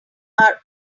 are